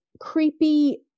creepy